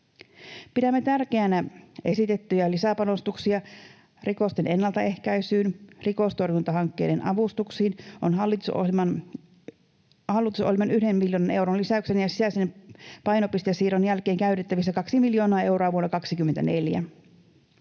Pidämme tärkeänä esitettyjä lisäpanostuksia rikosten ennaltaehkäisyyn. Rikostorjuntahankkeiden avustuksiin on hallitusohjelman yhden miljoonan euron lisäyksen ja sisäisen painopistesiirron jälkeen käytettävissä 2 miljoonaa euroa vuonna 24.